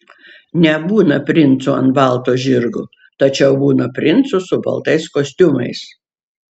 nebūna princų ant balto žirgo tačiau būna princų su baltais kostiumais